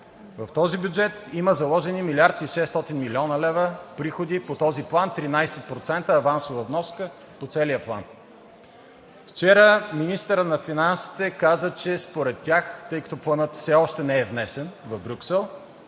В този бюджет има заложени 1 млрд. 600 млн. лв. приходи по този план, 13% авансова вноска по целия план. Вчера министърът на финансите каза, че според тях, тъй като Планът все още не е внесен в Брюксел,